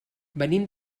venim